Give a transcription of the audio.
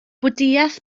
bwdhaeth